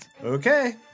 Okay